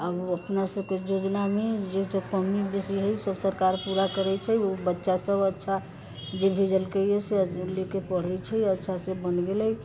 आब अपना सबकेँ योजनामे जे जे कमी बेसी हइ सब सरकार पूरा करैत छै ओ बच्चा सब अच्छा जे भेजलकैया से लेके पढ़ैत छै अच्छा से बन गेलै